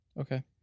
Okay